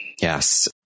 Yes